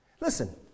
Listen